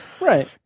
Right